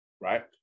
right